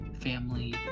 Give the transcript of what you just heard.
family